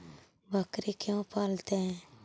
बकरी क्यों पालते है?